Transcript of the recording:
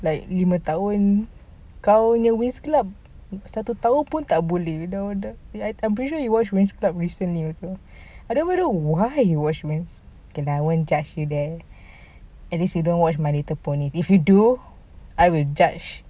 like lima tahun kau punya winx club satu tahun pun tak boleh I'm pretty sure you watch winx club recently I don't even know why you watch winx club okay lah I won't judge you then at least you don't watch my little pony if you do I will judge